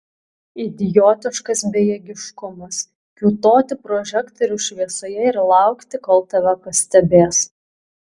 idiotiškas bejėgiškumas kiūtoti prožektoriaus šviesoje ir laukti kol tave pastebės